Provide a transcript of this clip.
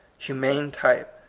humane type,